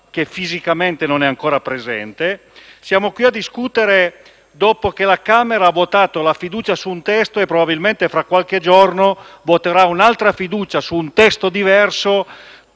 che fisicamente non è ancora presente. Siamo qui a discutere dopo che la Camera ha votato la fiducia su un testo e probabilmente, fra qualche giorno, voterà un'altra fiducia su un testo diverso,